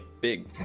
big